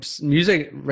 music